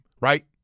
Right